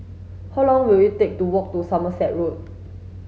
how long will it take to walk to Somerset Road